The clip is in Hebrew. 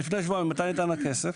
לפני שבועיים, מתי ניתן הכסף?